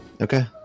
Okay